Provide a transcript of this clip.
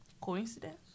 Coincidence